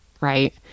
right